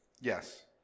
Yes